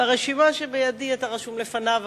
ברשימה שבידי אתה רשום לפניו,